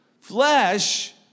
Flesh